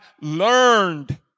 learned